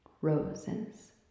Roses